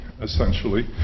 essentially